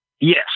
Yes